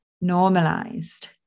normalized